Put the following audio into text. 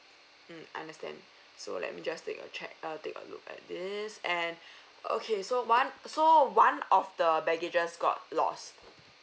mm understand so let me just take a check uh take a look at this and okay so one so one of the baggages got lost